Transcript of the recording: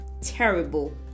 terrible